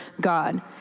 God